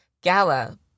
Gala